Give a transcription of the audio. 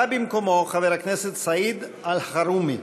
בא במקומו סעיד אלחרומי.